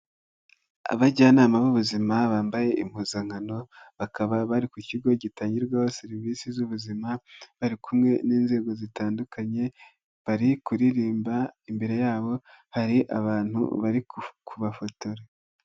Abajyanama b'ubuzima bambaye impuzankano bakaba bari ku kigo gitangirwaho serivisi z'ubuzima bari kumwe n'inzego zitandukanye bari kuririmba imbere yabo hari abantu bari kubafotora.